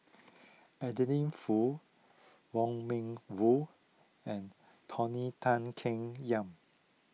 Adeline Foo Wong Meng Voon and Tony Tan Keng Yam